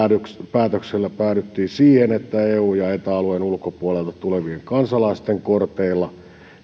päätöksellä päädyttiin siihen että eu ja eta alueen ulkopuolelta tulevien kansalaisten korteilla